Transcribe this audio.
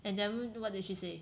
and then what did she say